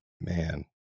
man